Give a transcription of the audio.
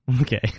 Okay